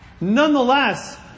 nonetheless